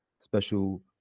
special